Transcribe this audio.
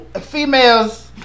females